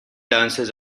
dances